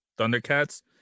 Thundercats